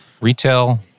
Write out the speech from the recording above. Retail